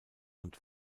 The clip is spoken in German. und